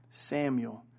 Samuel